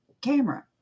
camera